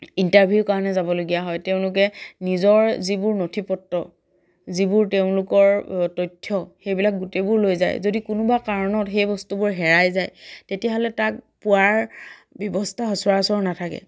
ইণ্টাৰভিউৰ কাৰণে যাবলগীয়া হয় তেওঁলোকে নিজৰ যিবোৰ নথি পত্ৰ যিবোৰ তেওঁলোকৰ তথ্য সেইবিলাক গোটেইবোৰ লৈ যায় যদি কোনোবা কাৰণত সেই বস্তুবোৰ হেৰাই যায় তেতিয়াহ'লে তাক পোৱাৰ ব্যৱস্থা সচৰাচৰ নাথাকে